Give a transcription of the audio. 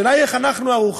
השאלה היא איך אנחנו ערוכים,